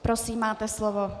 Prosím, máte slovo.